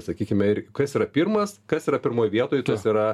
sakykime ir kas yra pirmas kas yra pirmoj vietoj tas yra